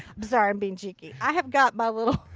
i'm sorry i'm being cheeky. i've got my little